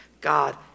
God